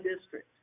district